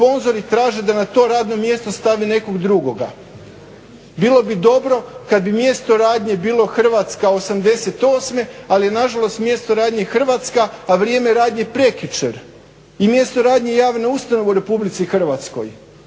sponzori traže da na to radno mjesto stavi nekog drugoga. Bilo bi dobro kad bi mjesto radnje bilo Hrvatska '88. ali je na žalost mjesto radnje Hrvatska, a vrijeme radnje prekjučer i mjesto radnje javna ustanova u Republici Hrvatskoj.